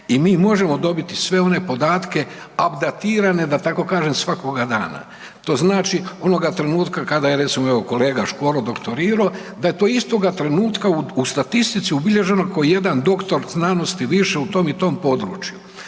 i mi možemo dobiti sve one podatke abdatirane da tako kažem svakoga dana. To znači onoga trenutka kada je recimo evo kolega Škoro doktorirao da je to istoga trenutka u statistici ubilježeno kao jedan doktor znanosti više u tom i tom području.